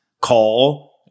call